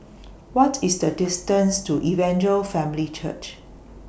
What IS The distance to Evangel Family Church